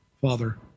Father